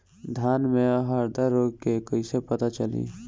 धान में हरदा रोग के कैसे पता चली?